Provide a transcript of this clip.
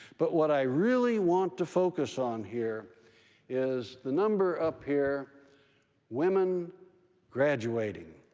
but what i really want to focus on here is the number up here women graduating.